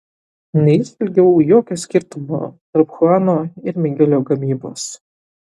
neįžvelgiau jokio skirtumo tarp chuano ir migelio gamybos